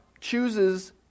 chooses